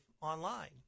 online